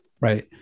Right